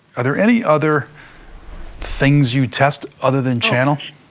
are there any other things you test other than channel?